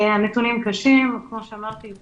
הנתונים קשים וכמו שאמרתי הם